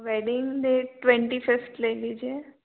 wedding date twenty fifth ले लीजिए